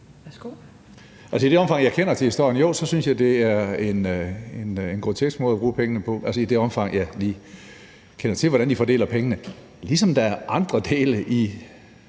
I det omfang, jeg kender til historien, synes jeg, det er en grotesk måde at bruge pengene på – altså i det omfang, jeg lige kender til, hvordan de fordeler pengene – ligesom der er andre dele